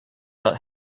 out